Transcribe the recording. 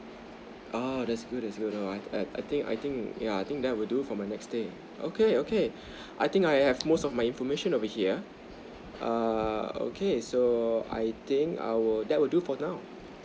oo that's good that's good oo I I think I think yeah I think that will do for my next stay okay okay I think I have most of my information over here err okay so I think I will that would do for now